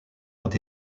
ont